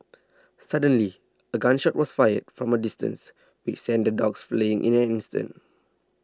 suddenly a gun shot was fired from a distance which sent the dogs fleeing in an instant